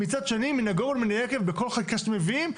מצד שני מן הגורן ומן היקב בכל חקיקה שאתם מביאים,